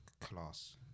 Class